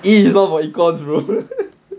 it's not about economics brother